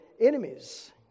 enemies